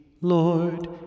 Lord